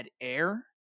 air